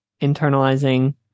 internalizing